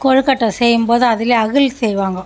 கொழுக்கட்டை செய்யும்போது அதில் அகல் செய்வாங்க